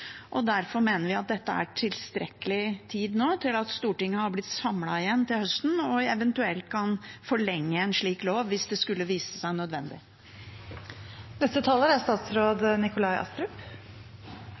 Derfor mener vi dette er tilstrekkelig tid til Stortinget er blitt samlet igjen til høsten og eventuelt kan forlenge en slik lov hvis det skulle vise seg